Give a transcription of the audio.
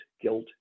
guilt